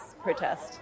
protest